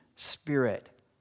Spirit